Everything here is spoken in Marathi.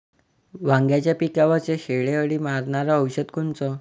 वांग्याच्या पिकावरचं शेंडे अळी मारनारं औषध कोनचं?